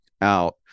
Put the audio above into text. out